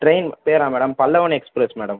train பெயரா madam Pallavan express madam